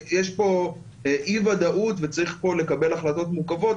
יש פה אי ודאות וצריך לקבל החלטות מורכבות,